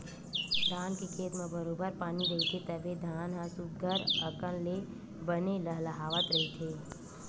धान के खेत म बरोबर पानी रहिथे तभे धान ह सुग्घर अकन ले बने लहलाहवत रहिथे